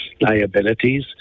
liabilities